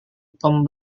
tom